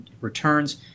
returns